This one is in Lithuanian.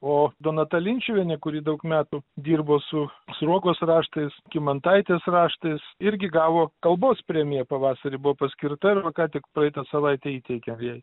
o donata linčiuvienė kuri daug metų dirbo su sruogos raštais kymantaitės raštais irgi gavo kalbos premiją pavasarį buvo paskirta ir va ką tik praeitą savaitę įteikė jai